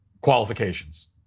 qualifications